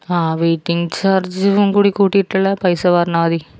ആഹ് waiting ചാർജും കൂടിം കൂട്ടിയിട്ടുള്ള പൈസ പറഞ്ഞാൽ മതി